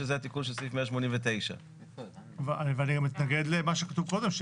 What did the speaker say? שזה התיקון של סעיף 189. אני גם מתנגד למה שכתוב קודם,